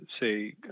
say